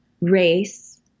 race